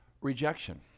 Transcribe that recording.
Rejection